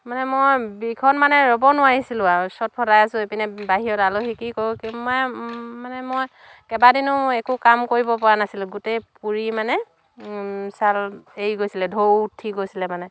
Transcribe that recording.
মানে মই বিষত মানে ৰ'ব নোৱাৰিছিলোঁ আৰু চটফটাই আছোঁ ইপিনে বাহিৰত আলহী কি কৰোঁ কি নকৰোঁ মানে মই কেবাদিনো একো কাম কৰিব পৰা নাছিলোঁ গোটেই পুৰি মানে ছাল এৰি গৈছিলে ঢৌ উঠি গৈছিলে মানে